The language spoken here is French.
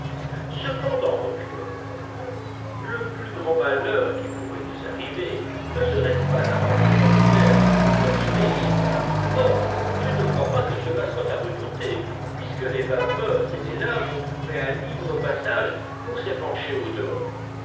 cependant reprit le reporter le plus grand malheur qui pourrait nous arriver ne serait-ce pas un tremblement de terre qui bouleverserait l'île or je ne crois pas que cela soit à redouter puisque les vapeurs et les laves ont trouvé un libre passage pour s'épancher au dehors